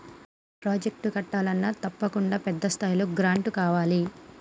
ఏ project కట్టాలన్నా తప్పకుండా పెద్ద స్థాయిలో గ్రాంటు కావాలి